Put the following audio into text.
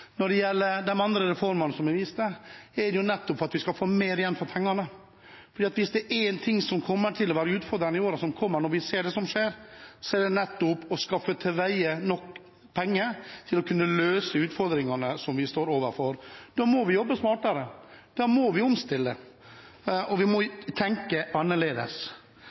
Når det gjelder de andre reformene som det er vist til, er det nettopp for at vi skal få mer igjen for pengene. Hvis det er én ting som kommer til å være utfordrende i årene som kommer, når vi ser det som skjer, er det å skaffe til veie nok penger til å kunne løse utfordringene som vi står overfor. Da må vi jobbe smartere. Da må vi omstille. Og vi må tenke annerledes.